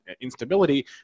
instability